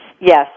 Yes